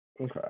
Okay